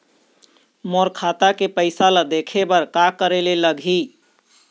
मोर खाता के पैसा ला देखे बर का करे ले लागही?